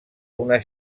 una